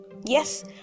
yes